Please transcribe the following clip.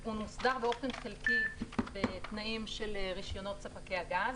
הוא מוסדר באופן חלקי בתנאים של רישיונות ספקי הגז.